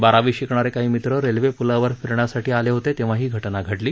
बारावीत शिकणारे काही मित्र रेल्वे प्लावर फिरण्यासाठी आले होते तेव्हा ही घटना घडली